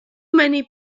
many